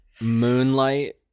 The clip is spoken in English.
Moonlight